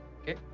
Okay